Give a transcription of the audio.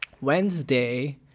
Wednesday